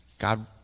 God